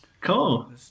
cool